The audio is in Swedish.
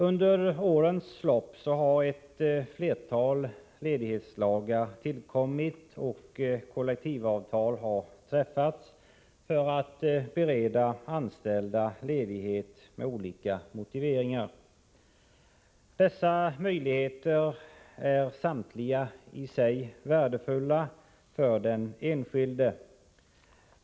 Under årens lopp har ett flertal ledighetslagar tillkommit och kollektivavtal träffats för att bereda anställda ledighet med olika motiveringar. Dessa möjligheter är samtliga i sig värdefulla för den enskilde.